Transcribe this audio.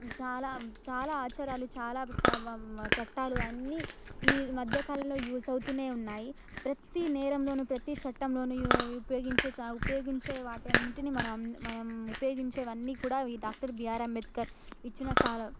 చాలా చాలా ఆచారాలు చాలా వి సా వి మా చట్టాలు అన్నీ ఈ మధ్య కాలంలో యూజ్ అవుతూనే ఉన్నాయి ప్రతీ నేరంలోనూ ప్రతీ చట్టంలోను ఇవి ఉపయోగించే చ ఉపయోగించే వాటన్నింటినీ మనం మనం ఉపయోగించేవి అన్నీ కూడా ఈ డాక్టర్ బీఆర్ అంబేద్కర్ ఇచ్చిన